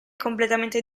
completamente